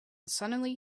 suddenly